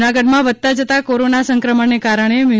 જૂનાગઢમાં વધતા જતા કોરોના સંક્રમણ ને કારણે મ્યુ